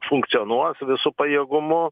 funkcionuos visu pajėgumu